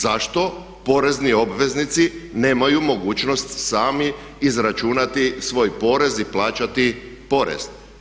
Zašto porezni obveznici nemaju mogućnost sami izračunati svoj porez i plaćati porez.